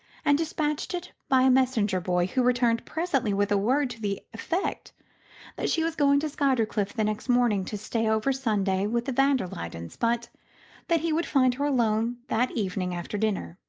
and despatched it by a messenger-boy, who returned presently with a word to the effect that she was going to skuytercliff the next morning to stay over sunday with the van der luydens, but that he would find her alone that evening after dinner.